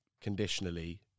conditionally